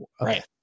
right